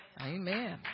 Amen